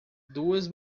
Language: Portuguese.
duas